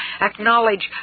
Acknowledge